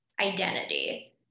identity